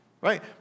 Right